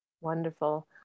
Wonderful